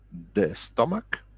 the stomach,